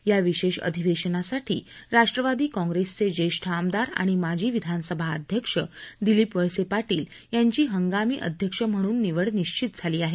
या विशेष अधिवेशनासाठी राष्ट्रवादी काँग्रेसचे जेष्ठ आमदार आणि माजी विधानसभा अध्यक्ष दिलीप वळसे पाटील यांची हंगामी अध्यक्ष म्हणून निवड निश्वित झाली आहे